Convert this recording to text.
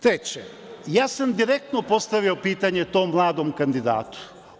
Treće, direktno sam postavio pitanje tom mladom kandidatu.